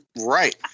Right